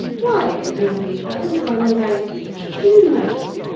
why did he leave her and run away do you know